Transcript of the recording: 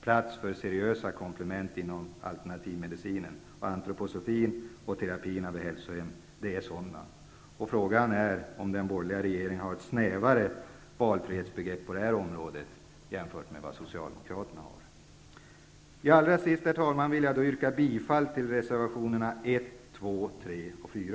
plats för seriösa komplement inom alternativmedicinen. Antroposofin och terapierna vid hälsohem utgör sådana komplement. Frågan är om den borgerliga regeringen har ett snävare valfrihetsbegrepp på det här området jämfört med vad Socialdemokraterna har. Herr talman! Avslutningsvis vill jag yrka bifall till reservationerna 1,2,3 och 4.